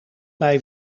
mij